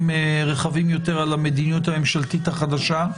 רחבים יותר על המדיניות הממשלתית החדשה.